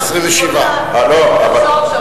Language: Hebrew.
כשאתה אומר הכי גדולה,